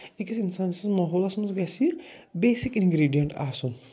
أکِس اِنسان سٕنٛزِ ماحولس منٛز گَژھِ بیٚسِک انٛگریٖڈنٛٹ آسُن